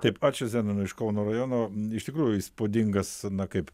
taip ačiū zenonui iš kauno rajono iš tikrųjų įspūdingas na kaip